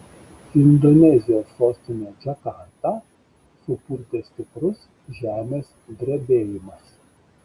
indonezijos sostinę džakartą supurtė stiprus žemės drebėjimas